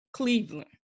Cleveland